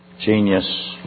genius